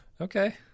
okay